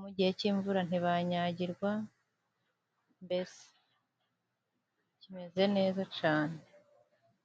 mu gihe cy'imvura ntibanyagirwa, mbese kimeze neza cane.